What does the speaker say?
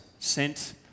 sent